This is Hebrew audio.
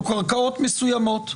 או קרקעות מסוימות,